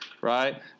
right